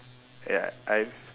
ya I've